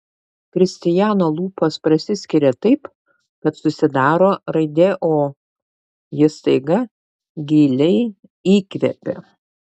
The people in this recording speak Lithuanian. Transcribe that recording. kristijano lūpos prasiskiria taip kad susidaro raidė o jis staiga giliai įkvepia